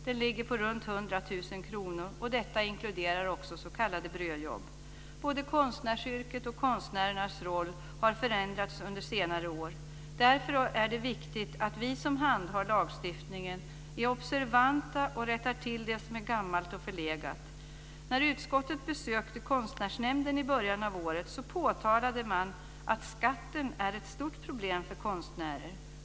Den ligger på runt 100 000 kr, och detta inkluderar också s.k. brödjobb. Både konstnärsyrket och konstnärernas roll har förändrats under senare år. Därför är det viktigt att vi som handhar lagstiftningen är observanta och rättar till det som är gammalt och förlegat. När utskottet besökte Konstnärsnämnden i början av året påtalade man att skatten är ett stort problem för konstnärer.